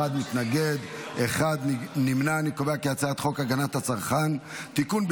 את הצעת חוק הגנת הצרכן (תיקון,